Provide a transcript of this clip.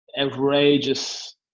outrageous